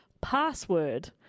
Password